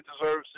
deserves